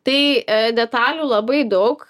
tai detalių labai daug